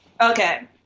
Okay